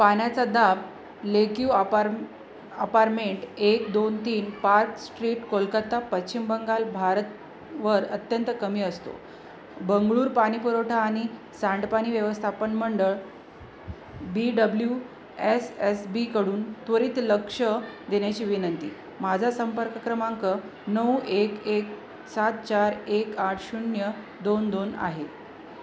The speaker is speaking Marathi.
पाण्याचा दाब लेक्यू अपारम अपारमेंट एक दोन तीन पार्च स्ट्रीट कोलकाता पश्चिम बंगाल भारतवर अत्यंत कमी असतो बंगळुरू पाणीपुरवठा आणि सांडपाणी व्यवस्थापन मंडळ बी डब्ल्यू एस एस बीकडून त्वरित लक्ष देण्याची विनंती माझा संपर्क क्रमांक नऊ एक एक सात चार एक आठ शून्य दोन दोन आहे